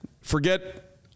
forget